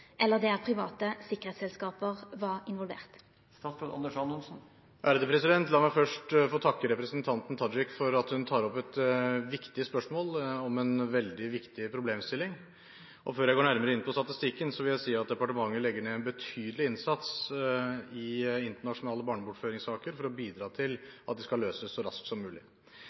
eller der private sikkerheitsselskap var involvert.» La meg først få takke representanten Tajik for at hun tar opp et viktig spørsmål om en veldig viktig problemstilling. Før jeg går nærmere inn på statistikken, vil jeg si at departementet legger inn en betydelig innsats i internasjonale barnebortføringssaker for å bidra til at de skal løses så raskt som mulig.